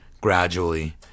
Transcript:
gradually